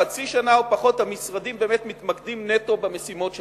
חצי שנה או פחות המשרדים באמת מתמקדים נטו במשימות שלהם.